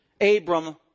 Abram